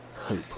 hope